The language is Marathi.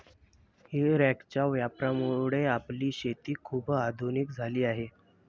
हे रॅकच्या वापरामुळे आपली शेती खूप आधुनिक झाली आहे